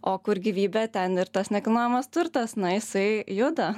o kur gyvybė ten ir tas nekilnojamas turtas na jisai juda